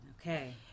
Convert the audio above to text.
Okay